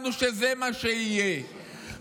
ההייטקיסטים לא יחזרו